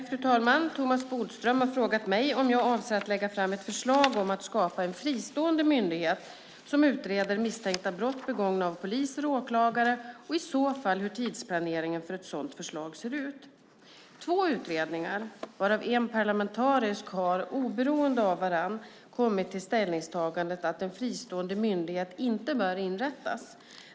Fru talman! Thomas Bodström har frågat mig om jag avser att lägga fram ett förslag om att skapa en fristående myndighet som utreder misstänkta brott begångna av poliser och åklagare och i så fall hur tidsplaneringen för ett sådant förslag ser ut. Två utredningar, varav en parlamentarisk, har oberoende av varandra kommit till ställningstagandet att en fristående myndighet inte bör inrättas.